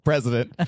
President